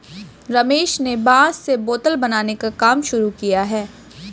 रमेश ने बांस से बोतल बनाने का काम शुरू किया है